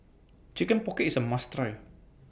Chicken Pocket IS A must Try